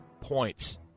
points